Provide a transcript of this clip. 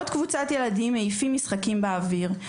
עוד קבוצת ילדים מעיפים משחקים באוויר,